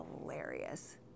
hilarious